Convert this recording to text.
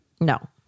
No